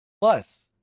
Plus